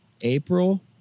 April